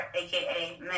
aka